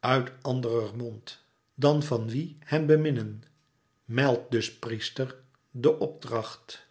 uit anderer mond dan van wie hem beminnen meld dus priester den opdracht